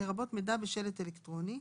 לרבות מידע בשלט אלקטרוני,